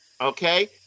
Okay